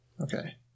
okay